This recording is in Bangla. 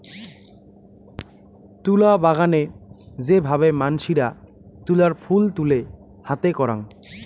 তুলা বাগানে যে ভাবে মানসিরা তুলার ফুল তুলে হাতে করাং